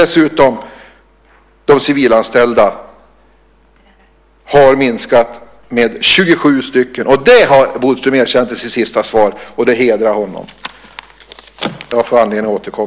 Dessutom har de civilanställda minskat med 27. Det har Bodström erkänt i sitt senaste svar, och det hedrar honom.